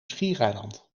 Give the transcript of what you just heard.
schiereiland